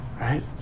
Right